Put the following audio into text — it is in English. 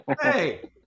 hey